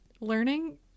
Learning